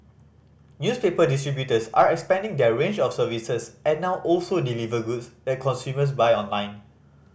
newspaper distributors are expanding their range of services and now also deliver goods that consumers buy online